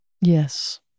Yes